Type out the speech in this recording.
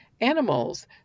animals